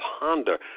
Ponder